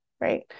right